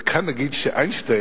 וכאן נגיד שאיינשטיין,